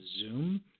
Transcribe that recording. Zoom